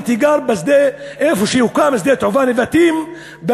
גרתי איפה שהוקם שדה התעופה נבטים,